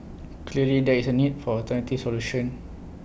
clearly there is A need for alternative solution